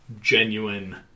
genuine